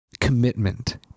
commitment